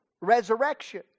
resurrection